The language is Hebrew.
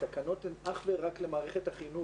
התקנות הן אך ורק למערכת החינוך,